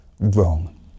Wrong